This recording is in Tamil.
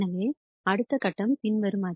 எனவே அடுத்த கட்டம் பின்வருமாறு